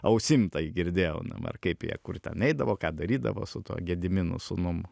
ausim tai girdėjau dabar kaip jie kur ten eidavo ką darydavo su tuo gediminu sūnum